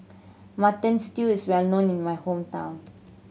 Mutton Stew is well known in my hometown